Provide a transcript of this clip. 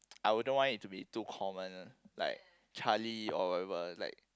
I wouldn't want it to be too common like Charlie or whatever it's like